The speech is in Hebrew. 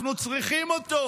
אנחנו צריכים אותו.